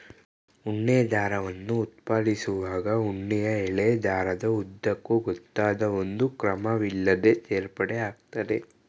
ಉಣ್ಣೆ ದಾರವನ್ನು ಉತ್ಪಾದಿಸುವಾಗ ಉಣ್ಣೆಯ ಎಳೆ ದಾರದ ಉದ್ದಕ್ಕೂ ಗೊತ್ತಾದ ಒಂದು ಕ್ರಮವಿಲ್ಲದೇ ಸೇರ್ಪಡೆ ಆಗ್ತದೆ